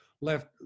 left